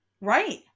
Right